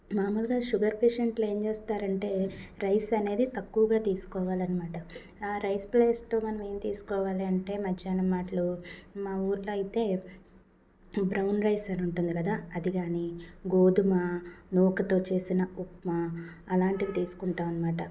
మామూలుగా షుగర్ పేషంట్లు ఏం చేస్తారంటే రైస్ అనేది తక్కువగా తీసుకోవాలి అనమాట ఆ రైస్ ప్లేస్లో మనం ఏం తీసుకోవాలంటే మధ్యాహ్నం మాటలు మా ఊరిలో అయితే బ్రౌన్ రైస్ అని ఉంటుంది కదా అది కానీ గోధుమ నూకతో చేసిన ఉప్మా అలాంటివి తీసుకుంటాం అనమాట